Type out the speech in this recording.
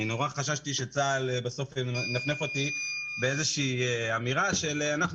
נורא חששתי שצבא הגנה לישראל בסוף ינפנף אותי באיזושהי אמירה של אנחנו